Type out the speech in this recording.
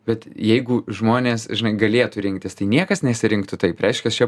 bet jeigu žmonės žinai galėtų rinktis tai niekas nesirinktų taip reiškias čia